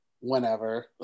whenever